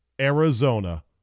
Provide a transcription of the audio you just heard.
Arizona